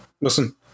listen